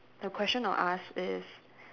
the question I'll ask is